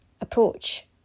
approach